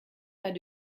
pas